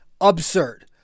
absurd